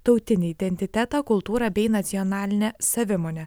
tautinį identitetą kultūrą bei nacionalinę savimonę